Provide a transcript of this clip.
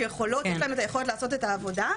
שיכולות ויש להן את היכולת לעשות את העבודה.